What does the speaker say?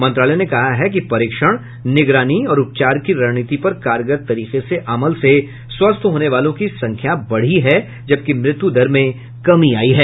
मंत्रालय ने कहा है कि परीक्षण निगरानी और उपचार की रणनीति पर कारगर तरीके से अमल से स्वस्थ होने वालों की संख्या बढी है जबकि मृत्यु दर में कमी आई है